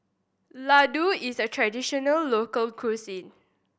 Ladoo is a traditional local cuisine